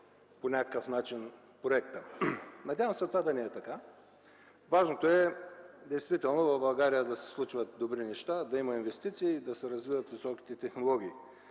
по някакъв начин проекта?! Надявам се това да не е така. Важното е действително в България да се случват добри неща, да има инвестиции, да се развиват високите технологии.